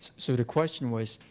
so the question was,